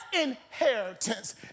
inheritance